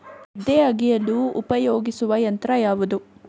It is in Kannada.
ಗದ್ದೆ ಅಗೆಯಲು ಉಪಯೋಗಿಸುವ ಯಂತ್ರ ಯಾವುದು?